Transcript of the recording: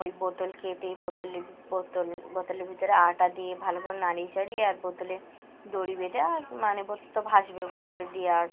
ওই বোতল কেটে বোতলের বোতল বোতলের ভিতরে আটা দিয়ে ভালো করে নাড়িয়ে চাড়িয়ে আর বোতলে দড়ি বেঁধে আর মানে বোতল তো ভাসবে বোতলে দিয়ে আর